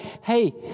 hey